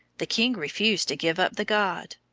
the king refused to give up the god.